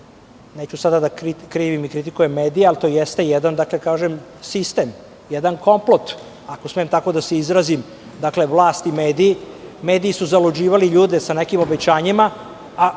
Neću sada da krivim i kritikujem medije, ali to jeste jedan sistem, jedan komplot, ako smem tako da se izrazim, dakle, vlast i mediji. Mediji su zaluđivali ljude sa nekim obećanjima, a